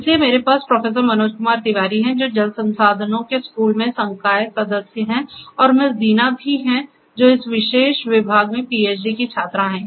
इसलिए मेरे पास प्रोफेसर मनोज कुमार तिवारी हैं जो जल संसाधनों के स्कूल में संकाय सदस्य हैं और मिस दीना भी हैं जो इस विशेष विभाग में पीएचडी की छात्रा हैं